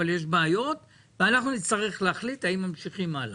אבל יש בעיות ואנחנו נצטרך להחליט האם ממשיכים הלאה.